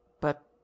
But